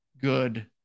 good